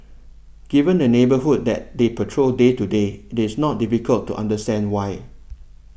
given the neighbourhood that they patrol day to day it's not difficult to understand why